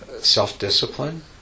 self-discipline